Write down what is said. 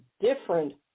different